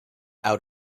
out